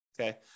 okay